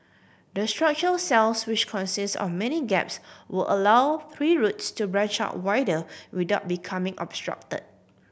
the structural cells which consist of many gaps would allow tree roots to branch out wider without becoming obstruct